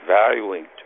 valuing